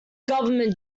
government